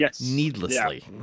needlessly